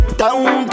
down